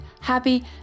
happy